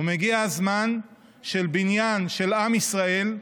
ומגיע הזמן של בניין עם ישראל.